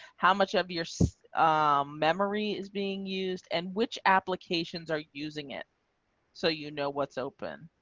how much of your memory is being used and which applications are using it so you know what's open